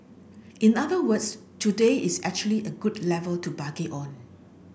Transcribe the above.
in other words today is actually a good level to bargain on